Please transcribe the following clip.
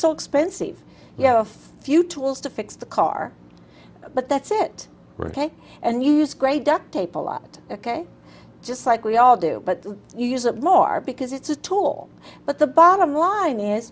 so expensive you know a few tools to fix the car but that's it ok and you use great duct tape a lot ok just like we all do but you use a more because it's a tool but the bottom line is